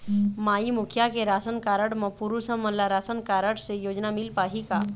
माई मुखिया के ration card म पुरुष हमन ला राशन कारड से योजना मिल पाही का?